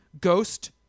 Ghost